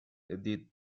edit